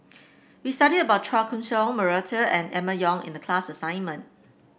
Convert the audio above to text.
we studied about Chua Koon Siong Murray and Emma Yong in the class assignment